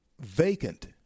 vacant